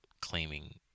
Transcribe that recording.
claiming